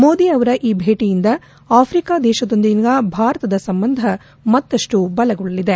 ಮೋದಿ ಅವರ ಈ ಭೇಟಯಿಂದ ಆಫ್ರಿಕಾ ದೇಶದೊಂದಿಗೆ ಭಾರತದ ಸಂಬಂಧ ಮತ್ತಷ್ಟು ಬಲಗೊಳ್ಳಲಿದೆ